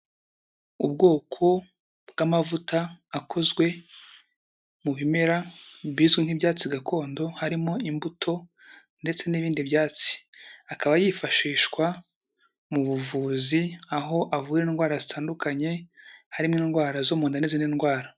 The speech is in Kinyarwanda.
Ubwoko bw'amavuta akozwe mu bimera bizwi nk'ibyatsi gakondo harimo imbuto ndetse n'ibindi byatsi, akaba yifashishwa mu buvuzi aho avura indwara zitandukanye harimo indwara zo mu nda n'izindi ndwara.